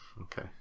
okay